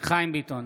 חיים ביטון,